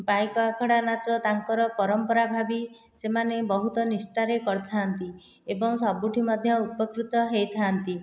ପାଇକ ଆଖଡ଼ା ନାଚ ତାଙ୍କର ପରମ୍ପରା ଭାବି ସେମାନେ ବହୁତ ନିଷ୍ଠାରେ କରିଥାନ୍ତି ଏବଂ ସବୁଠି ମଧ୍ୟ ଉପକୃତ ହୋଇଥାନ୍ତି